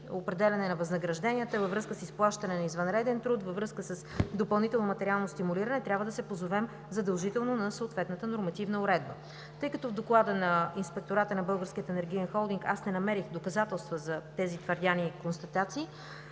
определяне на възнагражденията, във връзка с изплащане на извънреден труд, във връзка с допълнително материално стимулиране, трябва да се позовем задължително на съответната нормативна уредба. Тъй като в доклада на Инспектората на Българския енергиен холдинг аз не намерих доказателства за тези твърдени констатации,